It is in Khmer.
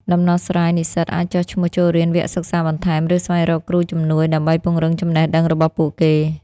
ដំណោះស្រាយនិស្សិតអាចចុះឈ្មោះចូលរៀនវគ្គសិក្សាបន្ថែម ឬស្វែងរកគ្រូជំនួយដើម្បីពង្រឹងចំណេះដឹងរបស់ពួកគេ។